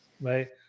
Right